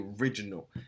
original